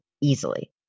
easily